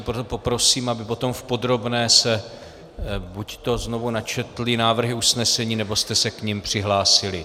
Proto poprosím, aby potom v podrobné se buďto znovu načetly návrhy usnesení, nebo jste se k nim přihlásili.